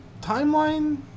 timeline